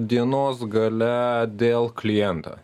dienos gale dėl kliento